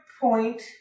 point